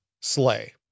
Slay